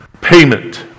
payment